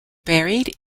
buried